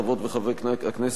חברות וחברי הכנסת,